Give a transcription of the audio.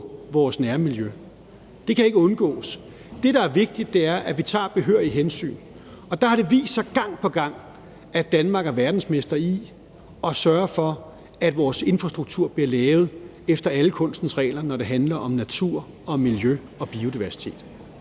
vores nærmiljø. Det kan ikke undgås. Det, der er vigtigt, er, at vi tager behørigt hensyn, og der har det vist sig gang på gang, at Danmark er verdensmester i at sørge for, at vores infrastruktur bliver lavet efter alle kunstens regler, når det handler om natur og miljø og biodiversitet.